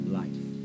life